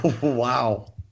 Wow